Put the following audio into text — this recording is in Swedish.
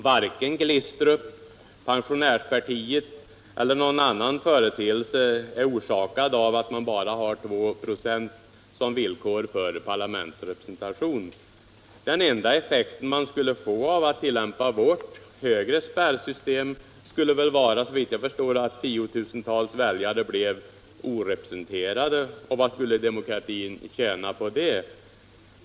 Varken Glistrup, pensionärspartiet eller någon annan företeelse där är orsakad av att en mandatspärr på 2 96 har ställts som villkor för parlamentsrepresentation. Den enda effekt man skulle få av att tillämpa vårt högre spärrsystem skulle såvitt jag förstår vara att tiotusentals väljare blev orepresenterade — och vad skulle demokratin tjäna på det?